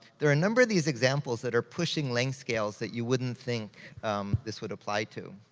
there are a number of these examples that are pushing length scales that you wouldn't think this would apply to.